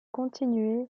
continuer